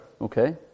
Okay